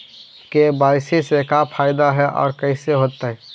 KYC से का फायदा है और कैसे होतै?